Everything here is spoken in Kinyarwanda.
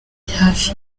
hafi